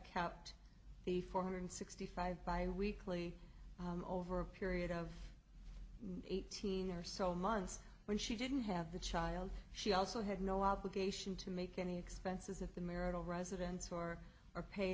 kept the four hundred sixty five biweekly over a period of eighteen or so months when she didn't have the child she also had no obligation to make any expenses of the marital residence or are pay